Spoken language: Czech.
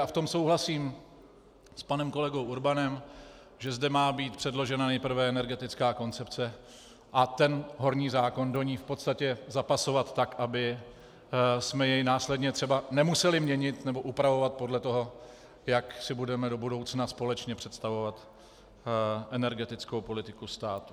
V tom souhlasím s panem kolegou Urbanem, že zde má být předložena nejprve energetická koncepce a ten horní zákon do ní v podstatě zapasovat tak, abychom jej následně třeba nemuseli měnit nebo upravovat podle toho, jak si budeme do budoucna společně představovat energetickou politiku státu.